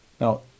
Now